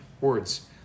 words